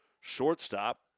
shortstop